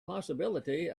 possibility